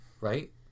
right